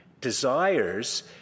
desires